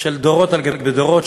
של דורות על גבי דורות,